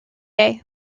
day